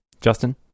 Justin